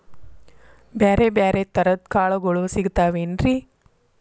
ಬ್ಯಾರೆ ಬ್ಯಾರೆ ತರದ್ ಕಾಳಗೊಳು ಸಿಗತಾವೇನ್ರಿ?